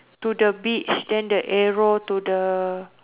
to the beach then the arrow to the